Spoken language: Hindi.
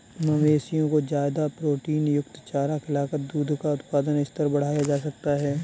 मवेशियों को ज्यादा प्रोटीनयुक्त चारा खिलाकर दूध का उत्पादन स्तर बढ़ाया जा सकता है